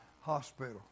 Hospital